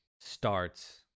starts